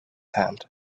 hand